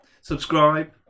subscribe